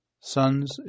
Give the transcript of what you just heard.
Sons